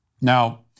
Now